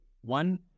one